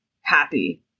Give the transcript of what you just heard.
happy